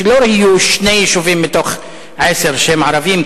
שלא יהיו שני יישובים מתוך עשרה שהם ערביים,